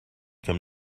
comme